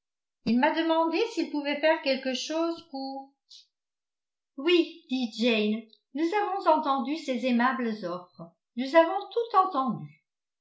il m'a demandé s'il pouvait faire quelque chose pour oui dit jane nous avons entendu ses aimables offres nous avons tout entendu